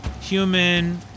human